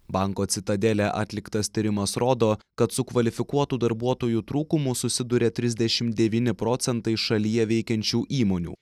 banko citadelė atliktas tyrimas rodo kad su kvalifikuotų darbuotojų trūkumu susiduria trisdešim devyni procentai šalyje veikiančių įmonių